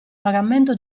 pagamento